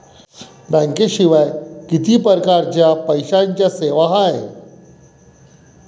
बँकेशिवाय किती परकारच्या पैशांच्या सेवा हाय?